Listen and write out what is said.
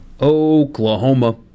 Oklahoma